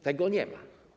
Tego nie ma.